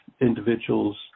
individuals